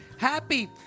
Happy